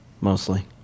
mostly